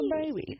baby